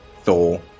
Thor